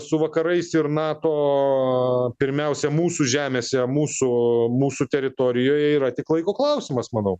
su vakarais ir nato pirmiausia mūsų žemėse mūsų mūsų teritorijoj yra tik laiko klausimas manau